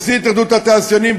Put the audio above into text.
נשיא התאחדות התעשיינים,